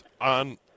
on